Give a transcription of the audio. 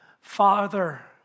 Father